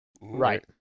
Right